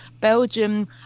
Belgium